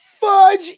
Fudge